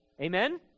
Amen